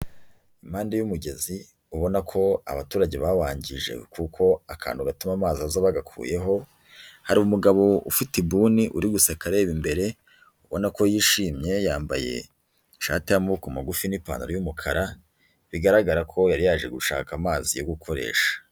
Impande y'umugezi ubona ko abaturage bawangije kuko akantu gatuma amazi aza bagakuyeho, hari umugabo ufitebuni, uri guseka areba imbere, ubona ko yishimye, yambaye ishati y'amaboko magufi n'ipantaro y'umukara, bigaragara ko yari yaje gushaka amazi yo gukoresha.